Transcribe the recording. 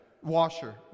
Washer